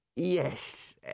Yes